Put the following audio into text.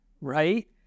right